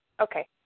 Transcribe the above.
Okay